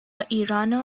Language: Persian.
ایرانه